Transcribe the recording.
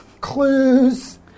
clues